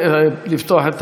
פתוח.